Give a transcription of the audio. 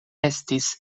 estis